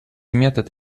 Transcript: метод